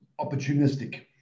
opportunistic